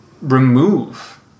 remove